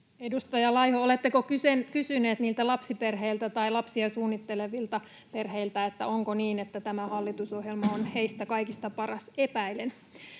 Edustaja Laiho, oletteko kysynyt niiltä lapsiperheiltä tai lapsia suunnittelevilta perheiltä, onko niin, että tämä hallitusohjelma on heistä kaikista paras? Epäilen.